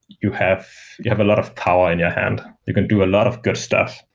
you have you have a lot of power in your hand. you can do a lot of good stuff,